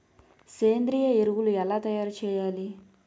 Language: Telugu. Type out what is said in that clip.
సేంద్రీయ ఎరువులు ఎలా తయారు చేయాలి?